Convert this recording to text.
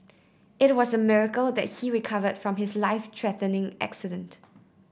it was a miracle that he recovered from his life threatening accident